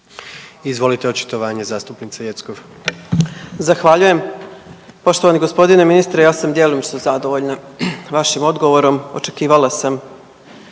Izvolite očitovanje zastupnice Jeckov. **Jeckov, Dragana (SDSS)** Zahvaljujem. Poštovani gospodine ministre ja sam djelimično zadovoljna vašim odgovorom. Očekivala sam